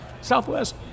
Southwest